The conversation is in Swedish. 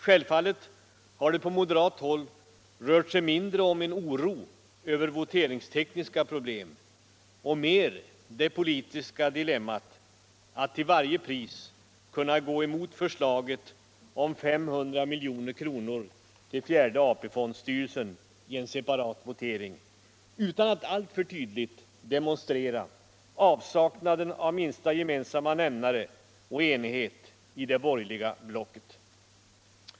Självfallet har det på moderat håll rört sig mindre om en oro över voteringstekniska problem och mer det politiska dilemmat att till varje pris kunna gå emot förslaget om 500 milj.kr. till fjärde AP-fondsstyreisen i en separat votering utan att alltför tydligt demonstrera avsaknaden av minsta gemensamma nämnare och enighet i det borgerliga blocket.